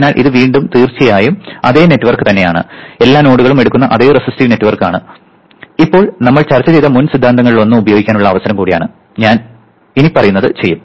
അതിനാൽ വീണ്ടും ഇത് തീർച്ചയായും അതേ നെറ്റ്വർക്ക് ആണ് എല്ലാ നോഡുകളും എടുക്കുന്ന അതേ റെസിസ്റ്റീവ് നെറ്റ്വർക്ക് ആണ് ഇപ്പോൾ നമ്മൾ ചർച്ച ചെയ്ത മുൻ സിദ്ധാന്തങ്ങളിലൊന്ന് ഉപയോഗിക്കാനുള്ള അവസരം കൂടിയാണിത് ഞാൻ ഇനിപ്പറയുന്നത് ചെയ്യും